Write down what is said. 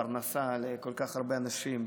פרנסה לכל כך הרבה אנשים,